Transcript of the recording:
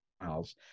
miles